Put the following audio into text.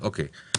בבקשה לילי אור.